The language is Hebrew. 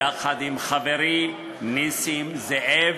יחד עם חברי נסים זאב.